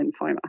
lymphoma